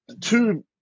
two